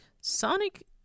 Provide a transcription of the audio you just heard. Sonic